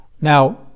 Now